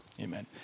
Amen